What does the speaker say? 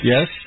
Yes